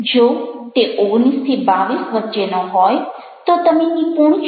જો તે 19 22 વચ્ચેનો હોય તો તમે નિપુણ છો